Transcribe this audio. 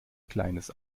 kleines